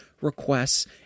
requests